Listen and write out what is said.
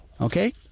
okay